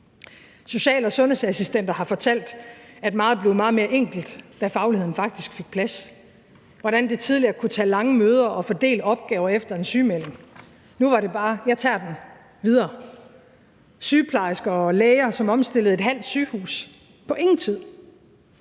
Social- og sundhedsassistenter har fortalt, at meget blev meget mere enkelt, da fagligheden faktisk fik plads. Hvor det tidligere kunne tage lange møder at fordele opgaver efter en sygemelding, var det nu bare: Jeg tager den – videre! Sygeplejersker og læger omstillede et halvt sygehus på ingen tid.